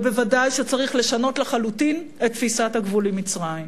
ודאי שצריך לשנות לחלוטין את תפיסת הגבול עם מצרים.